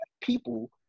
people